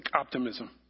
optimism